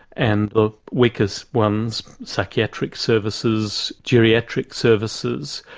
and the weakest ones, psychiatric services, geriatric services,